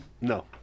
No